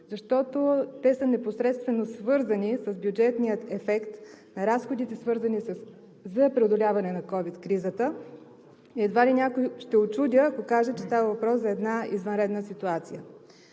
защото те са непосредствено свързани с бюджетния ефект, разходите, свързани за преодоляване на ковид кризата и едва ли ще учудя някой, ако кажа, че става въпрос за една извънредна ситуация.